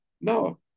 No